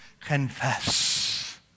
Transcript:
confess